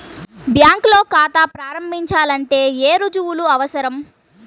బ్యాంకులో ఖాతా ప్రారంభించాలంటే ఏ రుజువులు అవసరం?